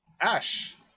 ash